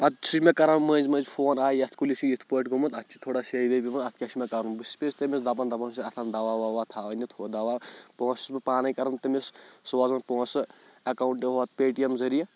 پَتہٕ سُہ چھِ مےٚ کَران مٔنٛزۍ مٔنٛزۍ فون آ یَتھ کُلِس چھِ یِتھ پٲٹھۍ گوٚمُت اَتھ چھِ تھوڑا سیٚیہِ ویٚیہِ یِوان اَتھ کیاہ چھِ مےٚ کَرُن بہٕ چھُس تیٚمِس دَپان دَپان چھُسَس اَتھ اَن دَوا وَوا تھاو أنِتھ ہُہ دَوا پونٛسہٕ چھُس بہٕ پانَے کَران تیٚمِس سوزان پونٛسہٕ اٮ۪کاوُںٛٹ دِموَ پے ٹی اٮ۪م ذٔریعہٕ